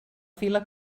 fila